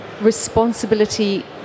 responsibility